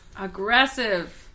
Aggressive